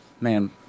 man